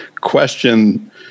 question